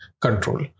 control